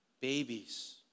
babies